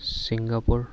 Singapore